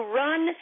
run